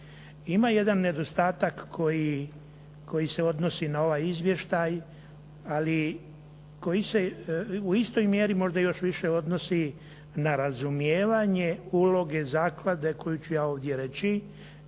Ima jedan nedostatak koji se odnosi na ovaj izvještaj, ali koji se u istoj mjeri možda još više odnosi na razumijevanje uloge zaklade koju ću ja ovdje reći